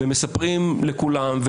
ומספרים לכולם,